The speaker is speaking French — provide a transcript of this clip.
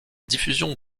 diffusion